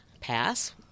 pass